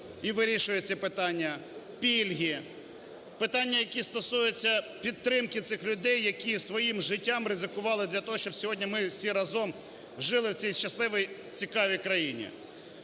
і вирішує ці питання, пільги, питання, які стосуються підтримки цих людей, які своїм життям ризикували для того, щоб сьогодні ми всі разом жили в цій щасливій цікавій країні.